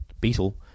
Beetle